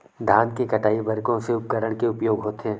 धान के कटाई बर कोन से उपकरण के उपयोग होथे?